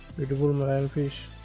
beautiful marine fish